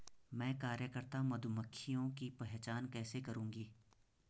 मैं कार्यकर्ता मधुमक्खियों की पहचान कैसे करूंगी?